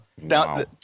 now